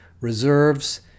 reserves